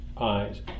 eyes